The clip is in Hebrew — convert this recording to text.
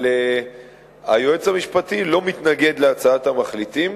אבל היועץ המשפטי לא מתנגד להצעת המחליטים,